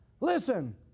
Listen